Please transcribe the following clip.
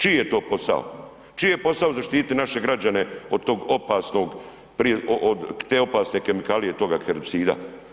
Čiji je to posao, čiji je posao zaštiti naše građane od tog opasnog, te opasne kemikalije, toga herbicida?